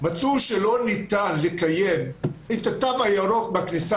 מצאו שלא ניתן לקיים את התו הירוק בכניסה